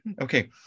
Okay